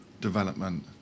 development